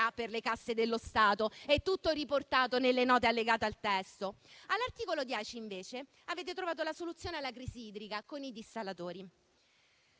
per le casse dello Stato. È tutto riportato nelle note allegate al testo. All'articolo 10, invece, avete trovato la soluzione alla crisi idrica con i dissalatori.